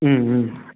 ம் ம்